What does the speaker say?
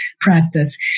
practice